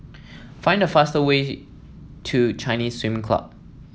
find the fastest way to Chinese Swimming Club